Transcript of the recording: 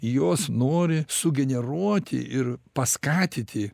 jos nori sugeneruoti ir paskatinti